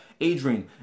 Adrian